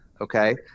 okay